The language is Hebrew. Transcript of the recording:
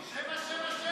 זה מצבה של המדינה בדיוק.